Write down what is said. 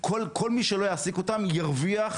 כל מי שיעסיק אותם - ירוויח,